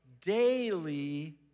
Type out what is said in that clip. daily